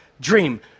dream